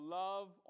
love